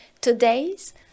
today's